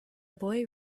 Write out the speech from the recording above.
boy